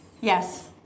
Yes